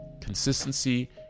Consistency